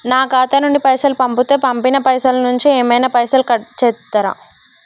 నా ఖాతా నుండి పైసలు పంపుతే పంపిన పైసల నుంచి ఏమైనా పైసలు కట్ చేత్తరా?